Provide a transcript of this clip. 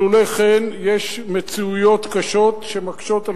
שלולא כן יש מציאויות קשות שמקשות על